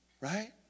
right